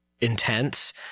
intense